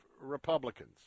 Republicans